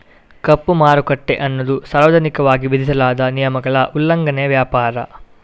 ಕಪ್ಪು ಮಾರುಕಟ್ಟೆ ಅನ್ನುದು ಸಾರ್ವಜನಿಕವಾಗಿ ವಿಧಿಸಲಾದ ನಿಯಮಗಳ ಉಲ್ಲಂಘನೆಯ ವ್ಯಾಪಾರ